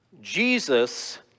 Jesus